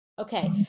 Okay